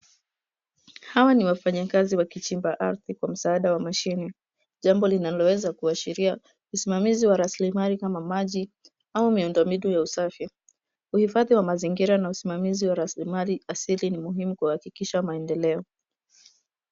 Hawa ni wafanyikazi wakichimba ardhi kwa msaada wa mashine. Jambo linaloweza kuashiria usimamizi wa rasili mali kama maji au miundo mbinu ya usafi. Uhifadhi wa mazingira na usimamizi wa rasili mali asili ni muhimu kuhakikisha maendeleo.